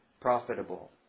profitable